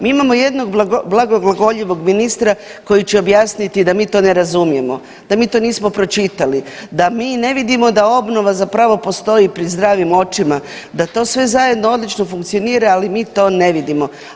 Mi imamo jednog blago, blagoglagoljivog ministra koji će objasniti da mi to ne razumijemo, da mi to nismo pročitali, da mi ne vidimo da obnova zapravo postoji pri zdravim očima, da to sve zajedno odlično funkcionira, ali mi to ne vidimo.